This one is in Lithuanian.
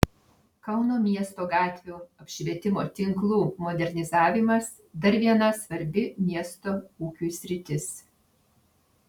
kauno miesto gatvių apšvietimo tinklų modernizavimas dar viena svarbi miesto ūkiui sritis